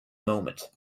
moment